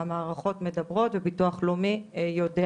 המערכות מדברות וביטוח לאומי יודע.